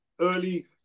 early